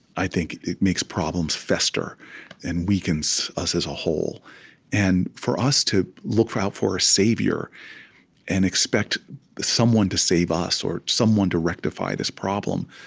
i think it makes problems fester and weakens us as a whole and for us to look out for a savior and expect someone to save us or someone to rectify this problem,